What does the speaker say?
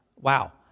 Wow